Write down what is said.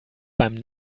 beim